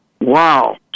wow